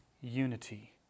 unity